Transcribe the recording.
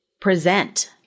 present